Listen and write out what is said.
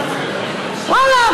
ואללה,